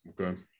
Okay